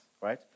right